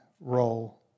role